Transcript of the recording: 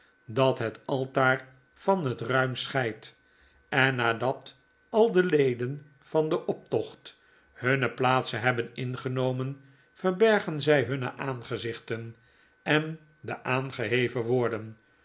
dat het altaar van het ruim scheidt en nadat al de leden van den optocht hunne plaatsen hebben ingenomen verbergen zy hunne aangezichten en de aangeheven woorden